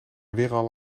weeral